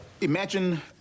imagine